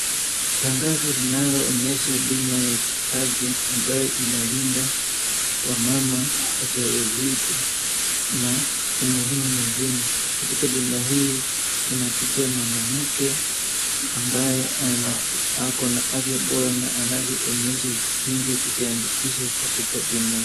Tangazo linaloonyesha bima ya kiafya ambayo inalinda wamama wajawazito na umuhimu mwingine. Katika bima hii kuna picha ya mwanamke ambaye ana akona afya bora na anavyoonyesha jinsi kujiandikisha katika bima.